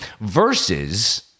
versus